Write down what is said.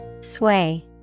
sway